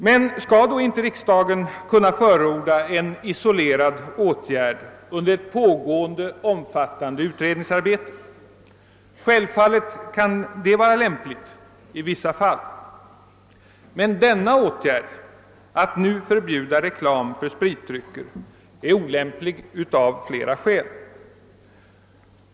Men skall då inte riksdagen kunna förorda en isolerad åtgärd under ett pågående omfattande utredningsarbete? Självfallet kan det i vissa fall vara lämpligt, men den föreslagna åtgärden att förbjuda reklam för spritdrycker är olämplig av flera skäl.